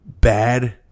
bad